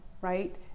right